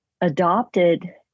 adopted